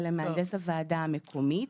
אלא למהנדס הוועדה המקומית,